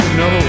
no